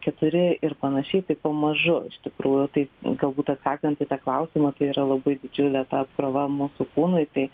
keturi ir panašiai tai pamažu iš tikrųjų tai galbūt atsakant į tą klausimą tai yra labai didžiulė ta apkrova mūsų kūnui tai